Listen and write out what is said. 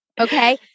Okay